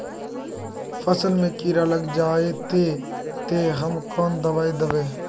फसल में कीड़ा लग जाए ते, ते हम कौन दबाई दबे?